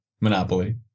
monopoly